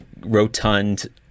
rotund